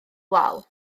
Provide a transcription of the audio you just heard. wal